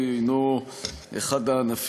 אנחנו עוברים